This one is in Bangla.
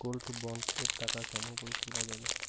গোল্ড বন্ড এর টাকা কেমন করি তুলা যাবে?